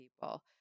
people